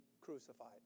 crucified